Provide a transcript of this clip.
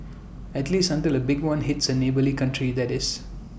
at least until A big one hits A neighbouring country that is